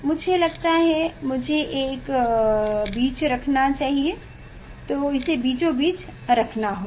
मुझे लगता है कि मुझे एक बीच रखना होगा तो इसे बीचोंबीच रखना होगा